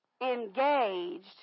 engaged